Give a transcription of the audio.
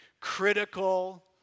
critical